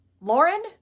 Lauren